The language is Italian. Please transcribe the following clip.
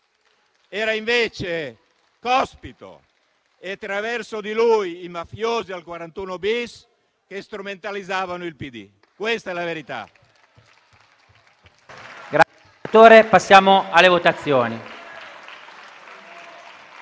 erano invece Cospito e, attraverso di lui, i mafiosi al 41-*bis* che strumentalizzavano il PD. Questa è la verità.